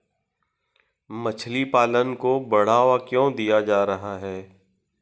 मछली पालन को बढ़ावा क्यों दिया जा रहा है?